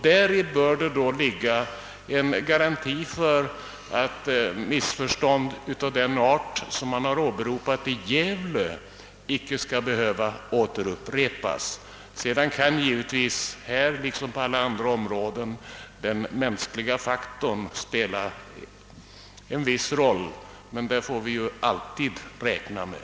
Däri bör ligga en garanti för att missförstånd av den art som har uppstått i Gävle inte skall behöva upprepas. Sedan kan givetvis här liksom på alla andra håll den mänskliga faktorn spela en viss roll, men det får vi ju alltid räkna med.